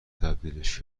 تبدیلش